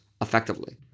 effectively